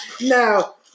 Now